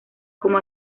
como